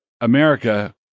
America